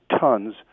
tons